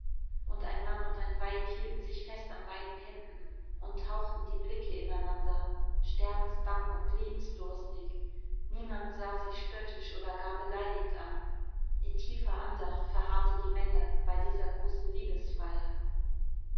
und ein mann und ein weib hielten sich fest an beiden händen und tauchten die blicke ineinander sterbensbang und lebensdurstig niemand sah sie spöttisch oder gar beleidigt an in tiefer andacht verharrte die menge bei dieser großen liebesfeier